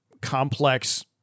complex